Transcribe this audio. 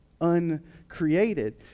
uncreated